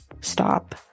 stop